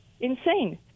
insane